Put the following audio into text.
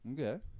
Okay